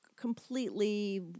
completely